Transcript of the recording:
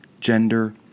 gender